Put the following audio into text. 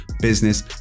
business